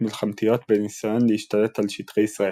מלחמתיות בנסיון להשתלט על שטחי ישראל.